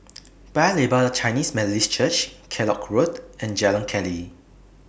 Paya Lebar Chinese Methodist Church Kellock Road and Jalan Keli